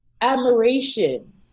admiration